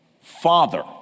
Father